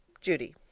judy